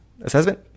assessment